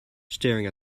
staring